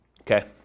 Okay